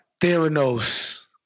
Theranos